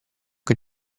che